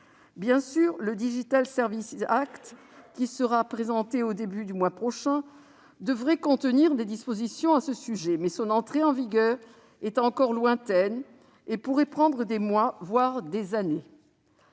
Bien sûr, le, qui sera présenté au début du mois prochain, devrait comporter des dispositions à ce sujet, mais son entrée en vigueur est encore lointaine et pourrait prendre des mois, voire des années.